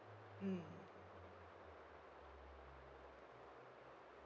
mm